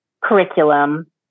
curriculum